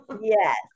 Yes